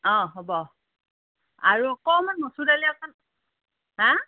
অ' হ'ব আৰু অকণমান মচুৰ দালি অকণ হা